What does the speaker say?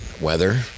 weather